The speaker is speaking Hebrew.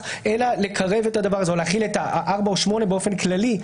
אלא לקרב את הדבר הזה או להחיל את הארבע או שמונה באופן כללי.